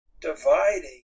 dividing